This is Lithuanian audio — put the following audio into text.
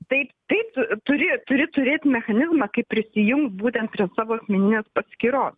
taip taip turi turi turėt mechanizmą kaip prisijungt būtent prie savo asmeninės paskyros